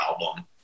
album